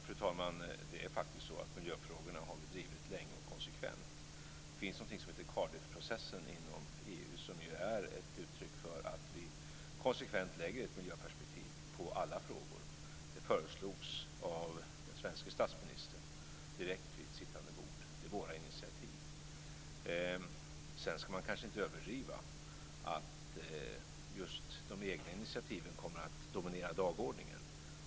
Fru talman! Det är faktiskt så att vi har drivit miljöfrågorna länge och konsekvent. Det finns någonting som heter Cardiffprocessen inom EU, som är ett uttryck för att vi konsekvent lägger ett miljöperspektiv på alla frågor. Det föreslogs av den svenske statsministern direkt vid sittande bord. Det är våra initiativ. Sedan ska man kanske inte överdriva att just de egna initiativen kommer att dominera dagordningen.